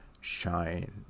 Shine